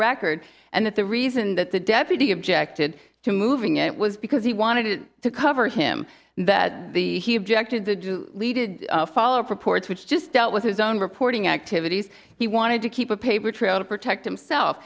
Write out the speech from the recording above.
record and that the reason that the deputy objected to moving it was because he wanted it to cover him that the he objected the follow up report which just dealt with his own reporting activities he wanted to keep a paper trail to protect himself